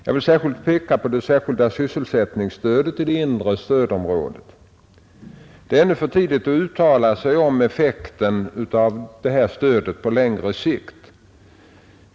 Jag vill särskilt peka på det särskilda sysselsättningsstödet i det inre stödområdet. Det är ännu för tidigt att uttala sig om effekten av detta stöd på längre sikt.